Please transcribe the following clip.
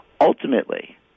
Ultimately